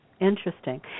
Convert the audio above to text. Interesting